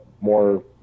more